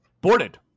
Boarded